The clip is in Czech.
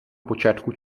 počátku